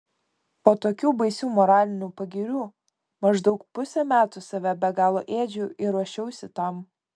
po tokių baisių moralinių pagirių maždaug pusę metų save be galo ėdžiau ir ruošiausi tam